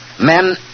men